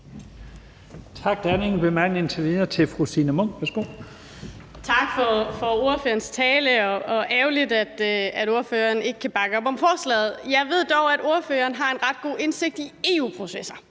Tak for ordførerens tale, og det er ærgerligt, at ordføreren ikke kan bakke op om forslaget. Jeg ved dog, at ordføreren har en ret god indsigt i EU-processer.